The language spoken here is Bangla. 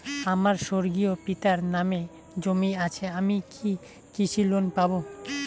আমার স্বর্গীয় পিতার নামে জমি আছে আমি কি কৃষি লোন পাব?